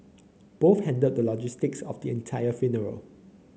both handled the logistics of the entire funeral